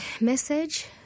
message